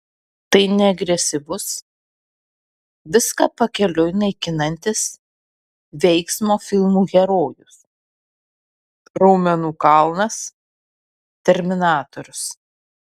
tai ne agresyvus viską pakeliui naikinantis veiksmo filmų herojus raumenų kalnas terminatorius